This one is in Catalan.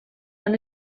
han